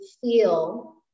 feel